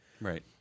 Right